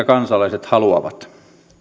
kansalaiset haluavat